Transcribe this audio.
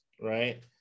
right